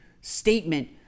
statement